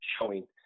showing